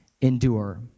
endure